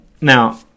now